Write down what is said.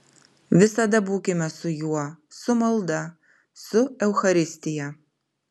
visada būkime su juo su malda su eucharistija